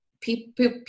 people